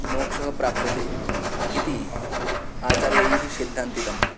मोक्षः प्राप्यते इति आचार्यैः सिद्धान्तितम्